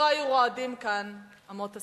לא היו רועדות כאן אמות הספים.